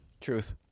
Truth